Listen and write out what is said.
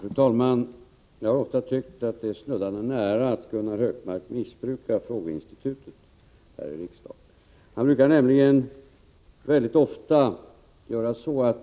Fru talman! Jag har ofta tyckt att det är snuddande nära att Gunnar Hökmark missbrukar frågeinstitutet här i riksdagen.